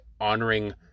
honoring